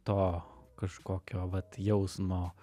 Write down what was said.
to kažkokio vat jausmo